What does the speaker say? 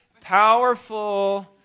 powerful